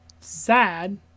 sad